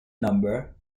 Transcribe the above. number